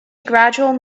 gradual